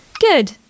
Good